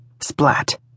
Splat